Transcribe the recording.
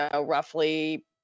roughly